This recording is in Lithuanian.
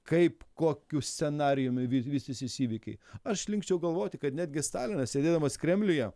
kaip kokiu scenarijumi vy vystysis įvykiai aš linkčiau galvoti kad netgi stalinas sėdėdamas kremliuje